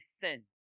sin